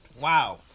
Wow